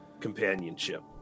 companionship